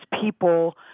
people